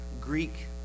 Greek